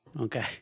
Okay